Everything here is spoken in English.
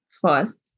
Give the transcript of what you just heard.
First